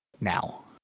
now